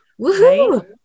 woohoo